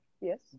yes